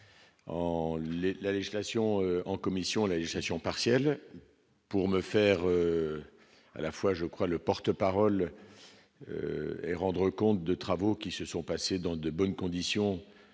en commission à la législation partielle pour me faire à la fois je crois le porte-parole et rendre compte de travaux qui se sont passées dans de bonnes conditions,